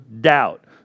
doubt